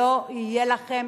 שלא יהיה לכם